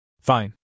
Fine